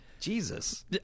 Jesus